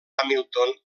hamilton